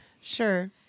Sure